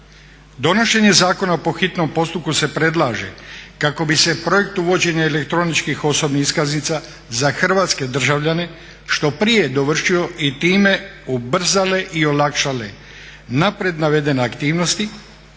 Donošenje zakona po hitnom postupku se predlaže kako bi se projekt uvođenja elektroničkih osobnih iskaznica za hrvatske državljane što prije dovršio i time ubrzale i olakšale naprijed navedene aktivnosti